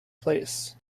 place